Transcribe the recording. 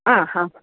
ആ ഹാ